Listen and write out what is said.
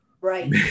Right